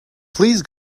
please